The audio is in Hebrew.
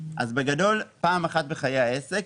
פעם אחת בחיי העסק,